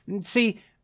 See